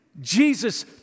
Jesus